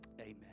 Amen